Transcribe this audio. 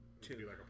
two